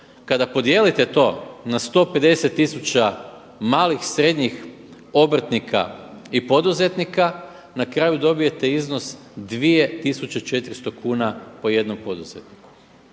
Kada podijelite to na 150 tisuća malih, srednjih obrtnika i poduzetnika na kraju dobijete iznos 2400 kuna po jednom poduzetniku.